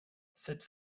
cette